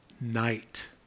night